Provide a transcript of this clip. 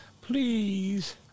Please